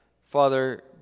Father